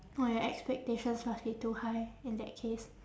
!wah! your expectations must be too high in that case